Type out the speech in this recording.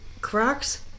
Crocs